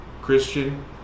Christian